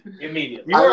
Immediately